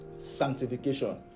sanctification